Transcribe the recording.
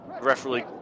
referee